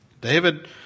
David